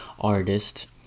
artist